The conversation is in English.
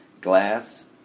Glass